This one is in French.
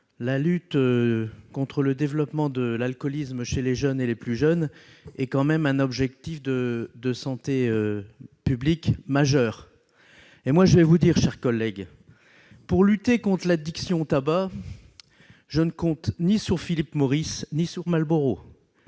la lutte contre le développement de l'alcoolisme chez les jeunes, et même chez les plus jeunes, me semble un objectif de santé publique majeur. Or, mes chers collègues, pour lutter contre l'addiction au tabac, je ne compte ni sur Philip Morris ni sur Marlboro